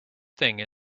thing